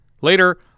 Later